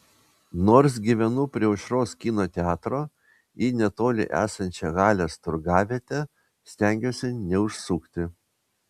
nors gyvenu prie aušros kino teatro į netoli esančią halės turgavietę stengiuosi neužsukti